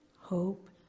hope